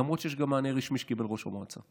למרות שיש גם מענה רשמי שקיבל ראש המועצה.